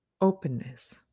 openness